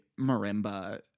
Marimba